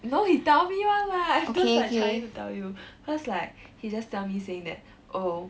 no he tell me one lah I'm just like trying to tell you cause like he just tell me saying that oh